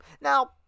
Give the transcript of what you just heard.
now